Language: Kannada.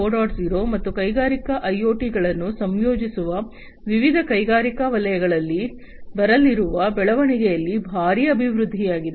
0 ಮತ್ತು ಕೈಗಾರಿಕಾ ಐಒಟಿಗಳನ್ನು ಸಂಯೋಜಿಸುವ ವಿವಿಧ ಕೈಗಾರಿಕಾ ವಲಯಗಳಲ್ಲಿ ಬರಲಿರುವ ಬೆಳವಣಿಗೆಯಲ್ಲಿ ಭಾರಿ ಅಭಿವೃದ್ಧಿಯಾಗಿದೆ